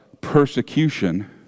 persecution